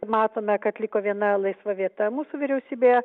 matome kad liko viena laisva vieta mūsų vyriausybėje